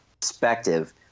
perspective